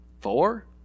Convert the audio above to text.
Four